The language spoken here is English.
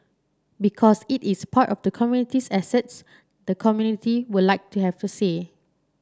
because it is part of the community's assets the community would like to have to say